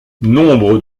nombre